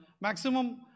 maximum